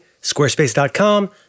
squarespace.com